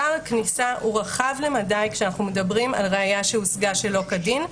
שער כניסה הוא רחב למדי כשאנחנו מדברים על ראיה שהושגה שלא כדין,